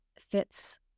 fits